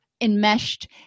enmeshed